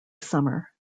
summer